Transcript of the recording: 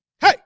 Hey